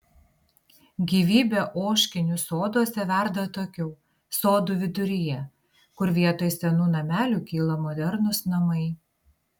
gyvybė ožkinių soduose verda atokiau sodų viduryje kur vietoj senų namelių kyla modernūs namai